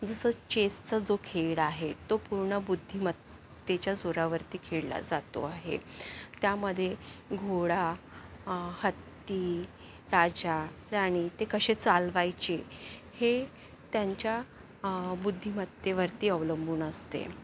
जसं चेसचा जो खेळ आहे तो पूर्ण बुद्धिमत्तेच्या जोरावरती खेळला जातो आहे त्यामध्ये घोडा हत्ती राजा राणी ते कसे चालवायचे हे त्यांच्या बुद्धिमत्तेवरती अवलंबून असते